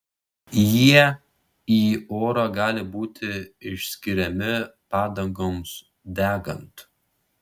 jie į orą gali būti išskiriami padangoms degant